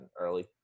early